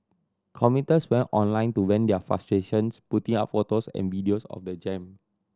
commuters went online to vent their frustrations putting up photos and videos of the jam